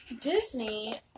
Disney